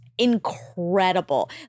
incredible